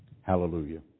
Hallelujah